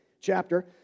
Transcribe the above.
chapter